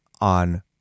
on